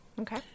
Okay